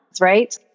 right